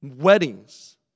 weddings